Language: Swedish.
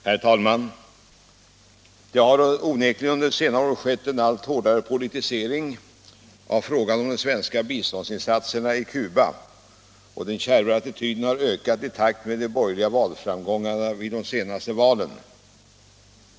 Herr talman! Det har onekligen under senare år skett en allt hårdare politisering av frågan om de svenska biståndsinsatserna i Cuba. Attityden har ökat i kärvhet i takt med de borgerliga framgångarna vid de senaste valen.